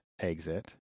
exit